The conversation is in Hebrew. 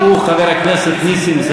אנחנו סוגרים מקומות עבודה,